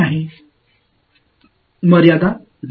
இருக்கக்கூடாது